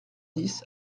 dix